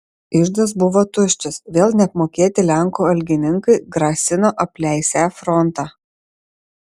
iždas buvo tuščias vėl neapmokėti lenkų algininkai grasino apleisią frontą